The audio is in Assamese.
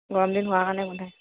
গৰম দিন হোৱা কাৰণে গোন্ধায়